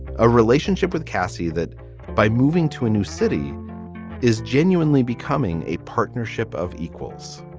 a relationship with cassie that by moving to a new city is genuinely becoming a partnership of equals